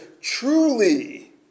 truly